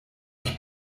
ich